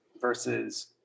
versus